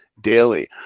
Daily